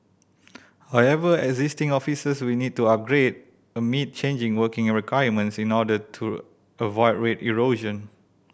however existing offices will need to upgrade to meet changing working requirements in order to avoid rate erosion